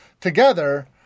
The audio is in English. together